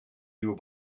nieuwe